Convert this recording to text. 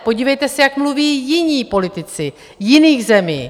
Podívejte se, jak mluví jiní politici jiných zemí.